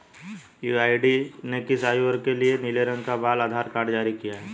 UIDAI ने किस आयु वर्ग के लिए नीले रंग का बाल आधार कार्ड जारी किया है?